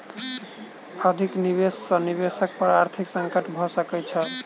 अधिक निवेश सॅ निवेशक पर आर्थिक संकट भ सकैत छै